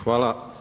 Hvala.